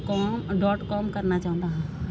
com dot com ਕਰਨਾ ਚਾਹੁੰਦਾ ਹਾਂ